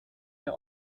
der